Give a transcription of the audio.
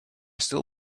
still